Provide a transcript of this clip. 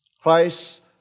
Christ